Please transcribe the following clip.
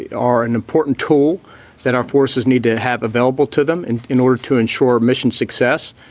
are an important tool that our forces need to have available to them in in order to ensure mission success.